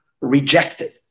rejected